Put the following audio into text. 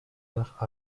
nach